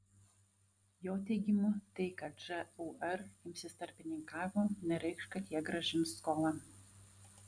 jo teigimu tai kad žūr imsis tarpininkavimo nereikš kad jie grąžins skolą